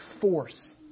force